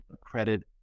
credit